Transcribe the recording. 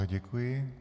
Děkuji.